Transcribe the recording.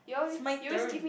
it's my turn